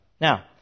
Now